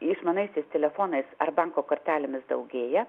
išmaniaisiais telefonais ar banko kortelėmis daugėja